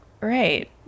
right